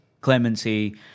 clemency